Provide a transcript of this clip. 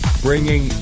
Bringing